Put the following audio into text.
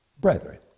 brethren